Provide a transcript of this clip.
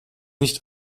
nicht